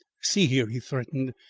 see here! he threatened.